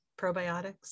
probiotics